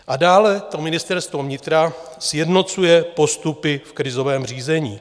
A dále Ministerstvo vnitra sjednocuje postupy v krizovém řízení.